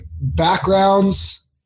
backgrounds